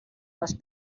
les